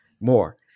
more